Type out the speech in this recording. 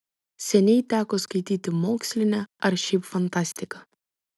seniai teko skaityti mokslinę ar šiaip fantastiką